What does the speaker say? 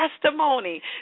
testimony